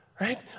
right